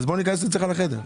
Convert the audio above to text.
אז בואו ניכנס אצלך לחדר.